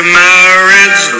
marriage